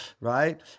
right